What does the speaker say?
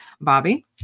Bobby